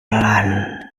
pelan